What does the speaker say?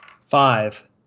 five